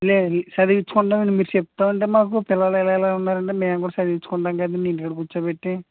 లేదు చదివిచ్చుకుంటాం అండి మీరు చెప్తాంటే మాకు పిల్లలు ఇలా ఇలా ఉన్నారని మేం కూడా చదివిచ్చుకుంటాం కదండి ఇంటి కాడ కూర్చోబెట్టి